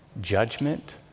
judgment